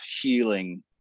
healing